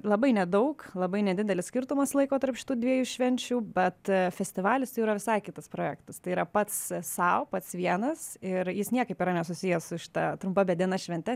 labai nedaug labai nedidelis skirtumas laiko tarp šitų dviejų švenčių bet festivalis jau yra visai kitas projektas tai yra pats sau pats vienas ir jis niekaip yra nesusijęs su šita trumpa bet diena švente